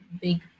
big